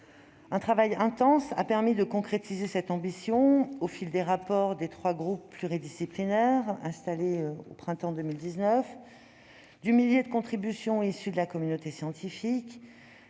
Un travail intense a permis de concrétiser cette ambition, au fil des rapports des trois groupes pluridisciplinaires mis en place au printemps 2019, du millier de contributions issues de la communauté scientifique,